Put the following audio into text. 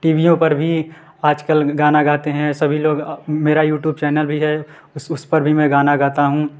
टीवीयों पर भी आज कल गाना गाते हैं सभी लोग अ मेरा यूट्यूब चैनल भी है उस पर भी मैं गाना गाता हूँ